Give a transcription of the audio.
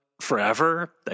forever